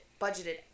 budgeted